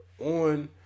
on